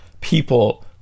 people